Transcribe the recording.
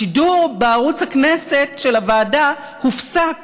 השידור בערוץ הכנסת של הוועדה הופסק